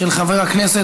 מס' 9384,